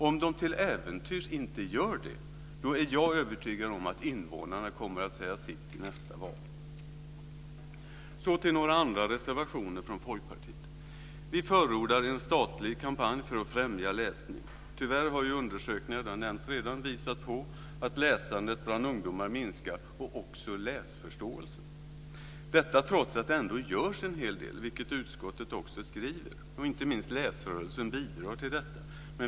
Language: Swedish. Om de till äventyrs inte gör det, är jag övertygad om att invånarna kommer att säga sitt i nästa val. Så går jag över till några andra reservationer från Folkpartiet. Vi förordar en statlig kampanj för att främja läsning. Tyvärr har undersökningar visat att läsandet bland ungdomar minskar, och också läsförståelsen, detta trots att det ändå görs en hel del, vilket utskottet också skriver. Inte minst läsrörelsen bidrar till detta.